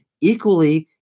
equally